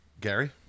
Gary